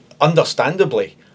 understandably